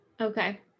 okay